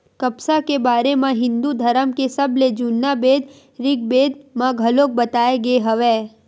कपसा के बारे म हिंदू धरम के सबले जुन्ना बेद ऋगबेद म घलोक बताए गे हवय